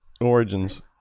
origins